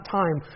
time